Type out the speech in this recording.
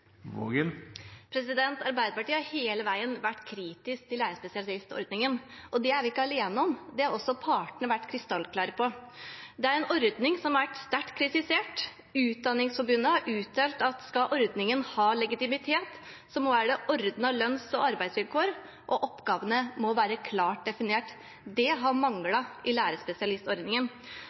Arbeiderpartiet har hele veien vært kritisk til lærerspesialistordningen, og det er vi ikke alene om. Det har også partene vært krystallklare på. Det er en ordning som har vært sterkt kritisert. Utdanningsforbundet har uttalt at skal ordningen ha legitimitet, må det være ordnede lønns- og arbeidsvilkår, og oppgavene må være klart definert. Det har manglet i lærerspesialistordningen.